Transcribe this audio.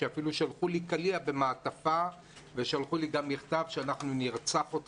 ואפילו שלחו לי קליע במעטפה ושלחו לי גם מכתב ובו נאמר שירצחו אותי.